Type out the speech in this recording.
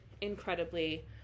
incredibly